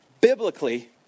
Biblically